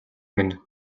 минь